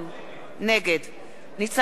נגד ניצן הורוביץ,